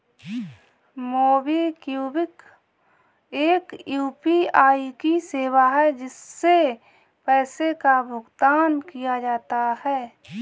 MobiKwik एक UPI की सेवा है, जिससे पैसे का भुगतान किया जाता है